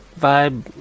vibe